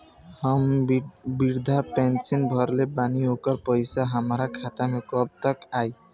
हम विर्धा पैंसैन भरले बानी ओकर पईसा हमार खाता मे कब तक आई?